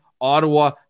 Ottawa